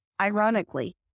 ironically